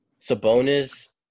Sabonis